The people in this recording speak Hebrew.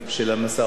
תמצאו הרבה.